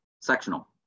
sectional